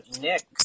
Nick